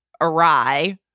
awry